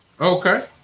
Okay